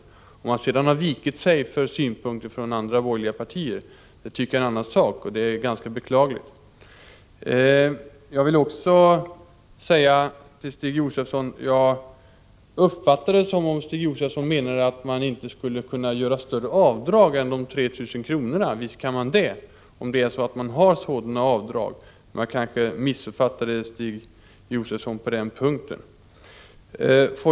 Om centerpartiet sedan har vikit sig för synpunkter från andra borgerliga partier är det i och för sig beklagligt, men det är en annan sak. Jag uppfattade det som om Stig Josefson menade att man inte skulle kunna dra av mer än 3 000 kr. Visst kan man det, om man har större avdrag. Men jag kanske missuppfattade Stig Josefson på den punkten.